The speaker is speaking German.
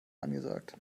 angesagt